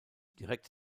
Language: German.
direkt